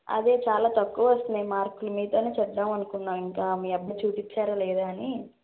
అదే చాలా తక్కువ వస్తున్నాయి మార్కులు మీతోనే చెబుదామనుకున్నాను ఇంక మీ అబ్బాయి చూపించారా లేదా అని